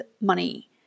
money